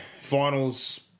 finals